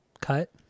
cut